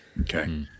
Okay